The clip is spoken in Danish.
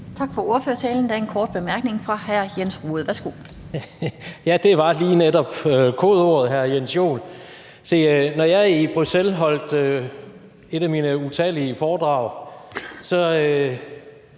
Tak for ordførertalen. Der er en kort bemærkning fra hr. Jens Rohde. Værsgo. Kl. 16:40 Jens Rohde (RV): Ja, det var lige netop kodeordet, hr. Jens Joel. Når jeg i Bruxelles holdt et af mine utallige foredrag, talte